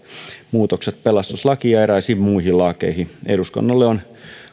muutokset pelastuslakiin ja eräisiin muihin lakeihin eduskunnalle on